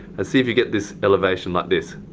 ah see if you get this elevation like this.